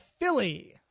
Philly